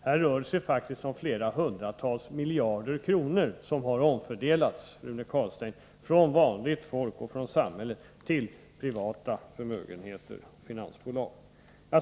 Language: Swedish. Här rör det sig faktiskt om flera hundratals miljarder kronor som har omfördelats, Rune Carlstein, från vanligt folk och samhället till privata förmögenheter och finansbolag.